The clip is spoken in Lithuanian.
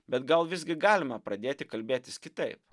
bet gal visgi galima pradėti kalbėtis kitaip